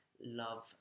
love